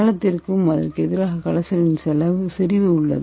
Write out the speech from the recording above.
காலத்திற்கு் அதற்கு எதிராக கரைசலின் செறிவு உள்ளது